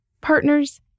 partners